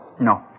No